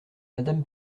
madame